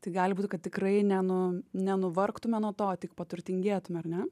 tai gali būt kad tikrai ne nu nenuvargtume nuo to o tik paturtingėtume ar ne